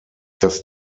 das